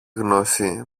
γνώση